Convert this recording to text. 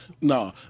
no